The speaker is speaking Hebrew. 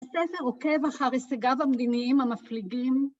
הספר עוקב אחרי הישגיו המדיניים המפליגים